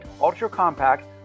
ultra-compact